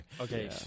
Okay